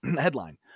Headline